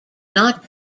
not